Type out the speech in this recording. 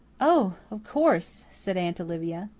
oh, of course, said aunt olivia.